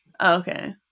okay